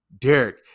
Derek